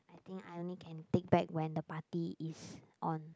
I think I only can take back when the party is on